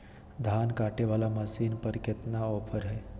धान कटे बाला मसीन पर कतना ऑफर हाय?